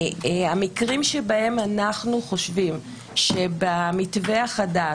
המקרים שבהם אנחנו חושדים שבמתווה החדש,